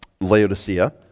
Laodicea